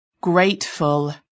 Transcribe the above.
grateful